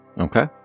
Okay